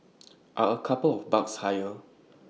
are A couple of bucks higher